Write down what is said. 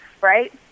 right